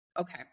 Okay